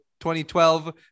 2012